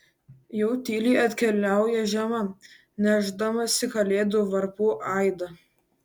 jau tyliai atkeliauja žiema nešdamasi kalėdų varpų aidą